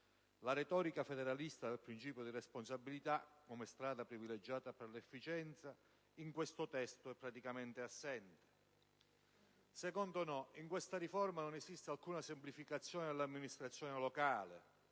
La retorica federalista del principio di responsabilità come strada privilegiata per l'efficienza in questo testo è praticamente assente. Secondo "no": in questa riforma non esiste alcuna semplificazione dell'amministrazione locale